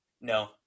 No